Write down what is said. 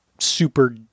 super